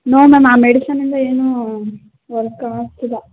no ma'am ಆ ಮೆಡಿಸನ್ನಿಂದ ಏನೂ ವರ್ಕ್ ಆಗ್ತಿಲ್ಲ